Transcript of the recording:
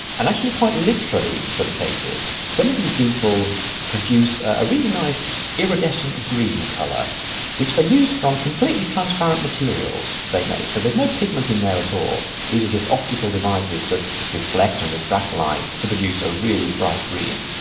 and actually quite literally in some cases. some of these beetles produce a really nice iridescent green colour which they use from completely transparent materials they make, so there's no pigment in there at all. these are just optical devices that reflect and refract light to produce a really bright green.